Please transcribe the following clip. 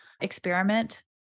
experiment